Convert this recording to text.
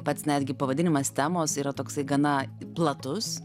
pats netgi pavadinimas temos yra toksai gana platus